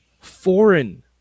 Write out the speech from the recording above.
foreign